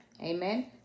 Amen